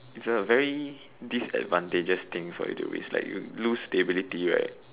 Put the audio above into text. it's a very disadvantages thing for you to risk like you lose stability right